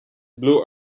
blue